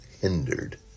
hindered